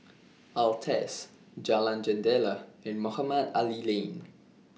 Altez Jalan Jendela and Mohamed Ali Lane